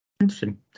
interesting